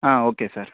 ah okay sir